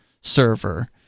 server